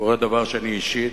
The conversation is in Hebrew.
קורה דבר שאני אישית,